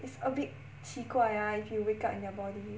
it's a bit 奇怪 ah if you wake up in their body